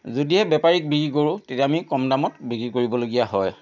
যদিহে বেপাৰীক বিকি কৰোঁ তেতিয়া আমি কম দামত বিকি কৰিবলগীয়া হয়